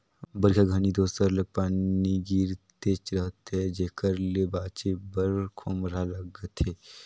बरिखा घनी दो सरलग पानी गिरतेच रहथे जेकर ले बाचे बर खोम्हरा लागथे